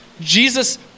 Jesus